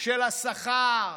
של השכר,